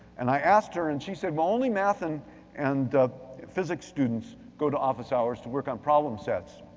and i asked her and she said, well, only math and and physics students go to office hours to work on problem sets.